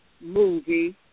movie